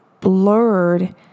blurred